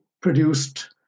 produced